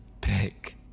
pick